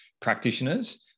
practitioners